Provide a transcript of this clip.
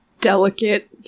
delicate